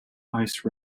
ice